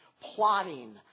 plotting